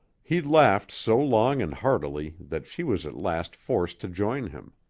he laughed so long and heartily that she was at last forced to join him.